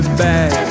back